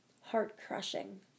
heart-crushing